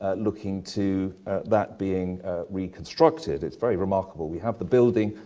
ah looking to that being reconstructed, it's very remarkable. we have the building,